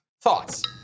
thoughts